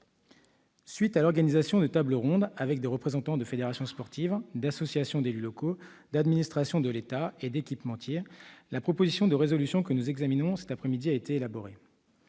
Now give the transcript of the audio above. Savin. À la suite des tables rondes organisées avec des représentants de fédérations sportives, d'associations d'élus locaux, d'administrations de l'État et d'équipementiers, la proposition de résolution que nous examinons cet après-midi a été élaborée.